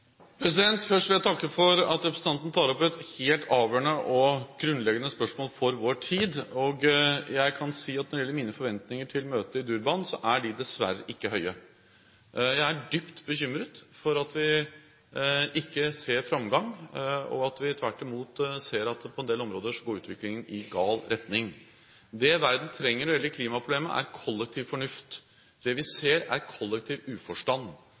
Først vil jeg takke for at representanten tar opp et helt avgjørende og grunnleggende spørsmål for vår tid. Jeg kan si at når det gjelder mine forventninger til møtet i Durban, er de dessverre ikke høye. Jeg er dypt bekymret for at vi ikke ser framgang, og at vi tvert imot ser at på en del områder går utviklingen i gal retning. Det verden trenger når det gjelder klimaproblemet, er kollektiv fornuft. Det vi ser, er kollektiv uforstand,